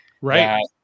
Right